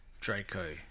Draco